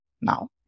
now